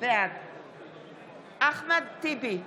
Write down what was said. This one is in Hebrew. בעד אחמד טיבי,